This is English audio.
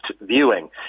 viewing